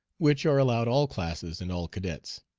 which are allowed all classes and all cadets.